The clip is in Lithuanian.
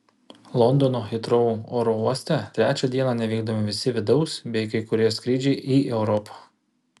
londono hitrou oro uoste trečią dieną nevykdomi visi vidaus bei kai kurie skrydžiai į europą